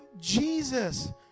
Jesus